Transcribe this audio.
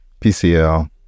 PCL